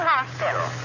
Hospital